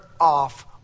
off